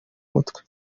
mutwe